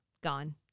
gone